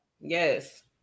Yes